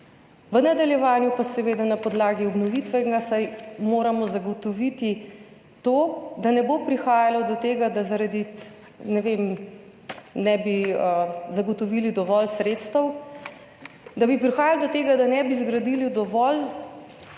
v nadaljevanju pa seveda na podlagi obnovitvenih, saj moramo zagotoviti to, da ne bo prihajalo do tega, da ne bi zagotovili dovolj sredstev, da bi prihajalo do tega, da ne bi zgradili dovolj